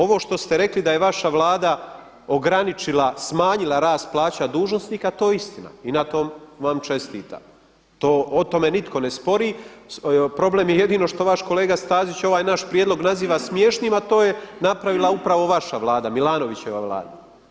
Ovo što ste rekli da je vaša Vlada ograničila, smanjila rast plaća dužnosnika to je istina i na tom vam čestitam, o tome nitko ne spori, problem je jedino što vaš kolega Stazić ovaj naš prijedlog naziva smiješnim a to je napravila upravo vaša Vlada, Milanovićeva Vlada.